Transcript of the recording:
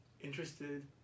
interested